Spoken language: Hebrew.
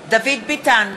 ביטן,